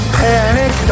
panic